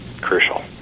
crucial